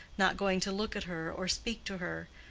not going to look at her or speak to her,